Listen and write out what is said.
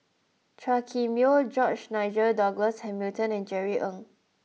Chua Kim Yeow George Nigel Douglas Hamilton and Jerry Ng